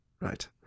Right